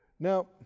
Now